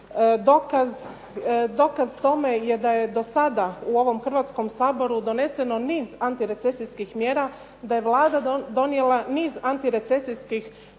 dokaz tome je da je do sada u ovome Hrvatskom saboru doneseno niz anitirecesijskih mjera, da je Vlada donijela niz antirecesijskih odluka